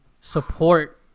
support